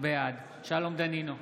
בעד שלום דנינו,